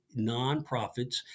nonprofits